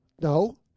No